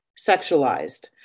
sexualized